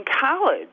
college